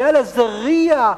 באל-עזרייה?